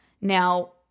Now